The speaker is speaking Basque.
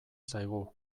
zaigu